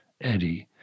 Eddie